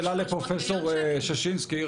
פרופ' ששינסקי,